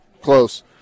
close